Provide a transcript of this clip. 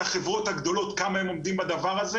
החברות הגדולות כמה הם עומדים בדבר הזה.